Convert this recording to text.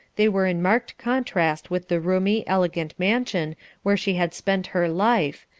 they were in marked contrast with the roomy, elegant mansion where she had spent her life,